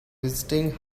visiting